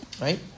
right